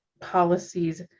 policies